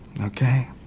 Okay